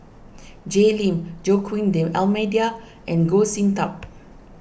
Jay Lim Joaquim D'Almeida and Goh Sin Tub